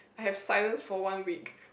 I have silence for one week